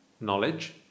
knowledge